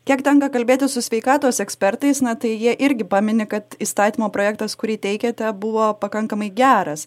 kiek tenka kalbėti su sveikatos ekspertais na tai jie irgi pamini kad įstatymo projektas kurį teikiate buvo pakankamai geras